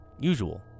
Usual